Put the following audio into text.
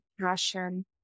passion